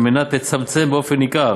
על מנת לצמצם באופן ניכר